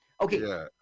Okay